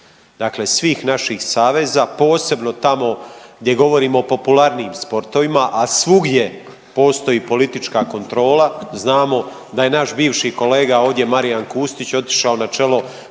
dakle svih naših saveza, posebno tamo gdje govorimo o popularnijim sportovima a svugdje postoji politička kontrola. Znamo da je naš bivši kolega ovdje Marijan Kustić otišao na čelo Hrvatskog